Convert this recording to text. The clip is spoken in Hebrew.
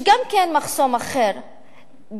יש גם מחסום אחר,